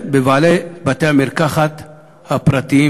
בבעלי בתי-המרקחת הפרטיים.